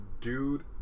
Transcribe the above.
dude